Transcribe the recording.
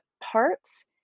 parts